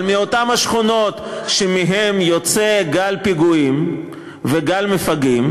אבל באותן השכונות שמהן יוצא גל פיגועים וגל מפגעים,